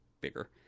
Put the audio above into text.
bigger